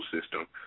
system